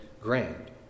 grand